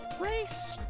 race